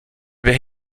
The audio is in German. wer